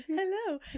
hello